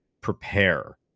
prepare